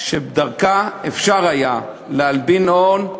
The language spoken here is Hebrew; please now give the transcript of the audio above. שדרכה אפשר היה להלבין הון,